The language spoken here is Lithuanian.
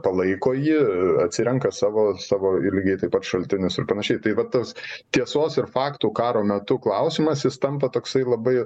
palaiko jį atsirenka savo savo ir lygiai taip pat šaltinius ir panašiai tai va tas tiesos ir faktų karo metu klausimas jis tampa toksai labai